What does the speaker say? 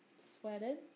sweated